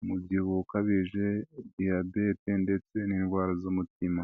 umubyibuho ukabije, diyabete ndetse n'indwara z'umutima.